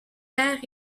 père